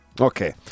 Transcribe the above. Okay